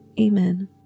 Amen